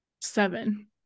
seven